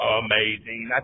amazing